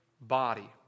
body